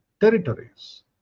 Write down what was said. territories